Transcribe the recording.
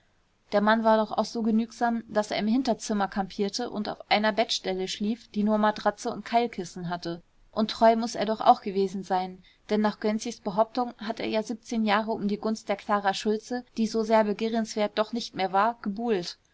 der mann war doch auch so genügsam daß er im hinterzimmer kampierte und auf einer bettstelle schlief die nur matratze und keilkissen hatte und treu muß er doch auch gewesen sein denn nach gönczis behauptung hat er ja jahre um die gunst der klara schultze die so sehr begehrenswert doch nicht mehr war gebuhlt